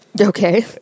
Okay